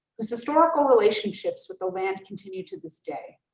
whose historical relationships with the land continue to this day.